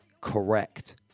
correct